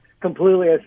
completely